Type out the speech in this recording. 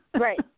Right